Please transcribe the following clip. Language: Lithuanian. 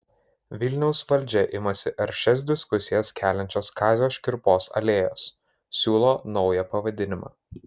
vilniaus valdžia imasi aršias diskusijas keliančios kazio škirpos alėjos siūlo naują pavadinimą